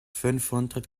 fünfhundert